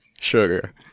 sugar